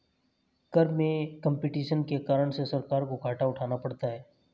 कर में कम्पटीशन के कारण से सरकार को घाटा उठाना पड़ता है